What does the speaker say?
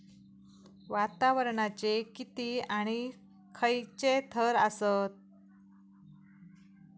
वातावरणाचे किती आणि खैयचे थर आसत?